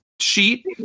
sheet